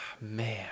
man